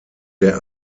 der